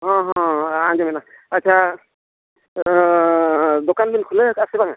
ᱦᱮᱸ ᱦᱮᱸ ᱟᱸᱡᱚᱢᱮᱱᱟ ᱟᱪᱪᱷᱟ ᱫᱳᱠᱟᱱ ᱵᱤᱱ ᱠᱷᱩᱞᱟᱹᱣ ᱟᱠᱟᱜ ᱥᱮ ᱵᱟᱝ